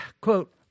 Quote